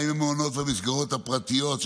מה עם המסגרות והמעונות הפרטיים,